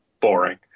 boring